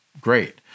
great